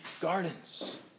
gardens